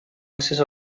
accés